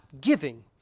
giving